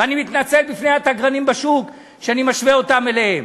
ואני מתנצל בפני התגרנים בשוק שאני משווה אותם אליהם.